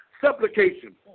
supplication